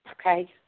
Okay